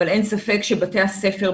אבל אין ספק שבבתי הספר,